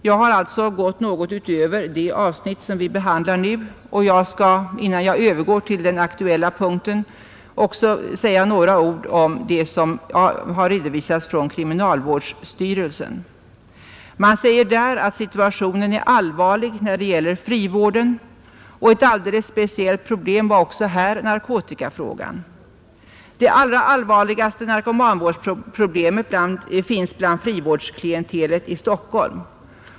Jag har alltså gått något utöver det avsnitt som vi nu behandlar, och jag skall innan jag övergår till den aktuella punkten också säga några ord om det som har redovisats från kriminalvårdsstyrelsen. Man säger där att situationen är allvarlig när det gäller frivården, och ett alldeles speciellt problem är också här narkotikafrågan. Det allra allvarligaste narkomanvårdsproblemet finns bland frivårdsklientelet i Stockholm.